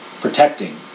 protecting